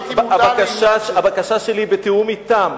הבקשה שלי היא בתיאום אתם,